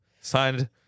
Signed